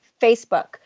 Facebook